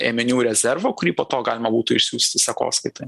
ėminių rezervo kurį po to galima būtų išsiųsti sekoskaitai